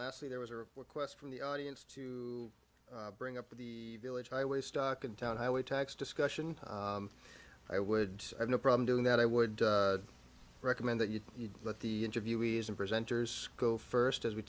lastly there was a request from the audience to bring up the village highway stock in town highway tax discussion i would have no problem doing that i would recommend that you let the interviewees and presenters go first as we